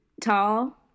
tall